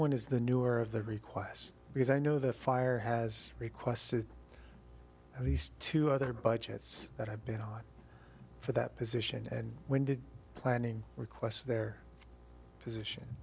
one is the newer of their requests because i know the fire has requested at least two other budgets that have been out for that position and when did planning requests their position